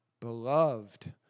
beloved